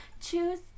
Choose